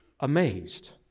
amazed